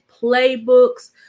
playbooks